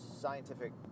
scientific